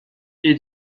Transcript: est